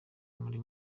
muri